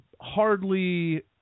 hardly